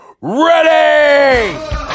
ready